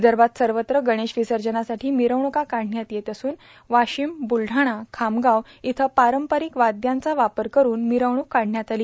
विदर्भात सर्वत्र गणेश विसर्जनासाठी मिरवणुका काढण्यात येत असून वाशिम बुलडाणा खामगाम इथं पारंपारिक वाद्यांचा वापर करून मिरवणूक काढण्यात आली